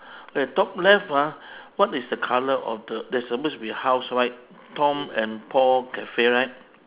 that top left ah what is the colour of the there suppose to be house right tom and paul cafe right